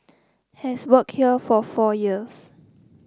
has worked here for four years